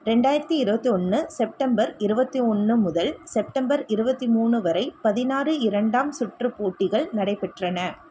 ரெண்டாயிரத்து இருபத்தி ஒன்று செப்டம்பர் இருபத்தி ஒன்று முதல் செப்டம்பர் இருபத்தி மூணு வரை பதினாறு இரண்டாம் சுற்றுப் போட்டிகள் நடைபெற்றன